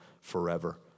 forever